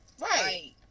Right